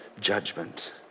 judgment